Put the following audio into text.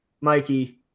Mikey